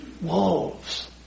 wolves